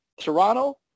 Toronto